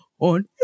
On